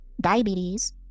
diabetes